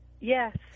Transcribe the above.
Yes